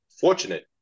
fortunate